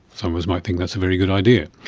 some of us might think that's a very good idea.